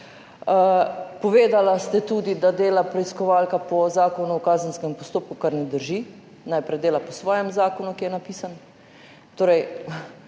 Povedali ste tudi, da dela preiskovalka po Zakonu o kazenskem postopku, kar ne drži. Najprej dela po svojem zakonu, ki je napisan.